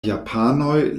japanoj